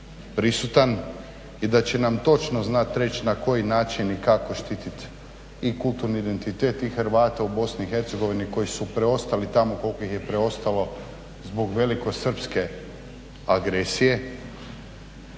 prisutan i da će nam točno znat reć na koji način i kako štitit i kulturni identitet i Hrvate u Bih koji su preostali tamo koliko ih je preostalo zbog velikosrpske agresije